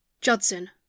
Judson